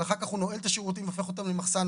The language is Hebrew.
אבל אחר כך הוא נועל את השירותים והופך אותם למחסן?